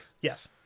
Yes